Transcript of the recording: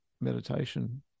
meditation